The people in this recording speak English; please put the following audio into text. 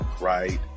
right